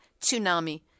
tsunami